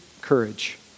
courage